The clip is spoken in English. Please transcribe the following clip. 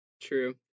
True